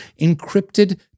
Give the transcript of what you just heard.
encrypted